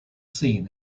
seen